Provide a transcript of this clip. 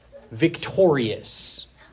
Victorious